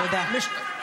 תודה.